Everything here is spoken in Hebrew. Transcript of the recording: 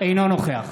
אינו נוכח